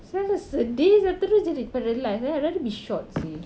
[sial] ah sedih sia terus jadi paralyse eh I rather be short seh